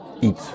eat